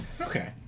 Okay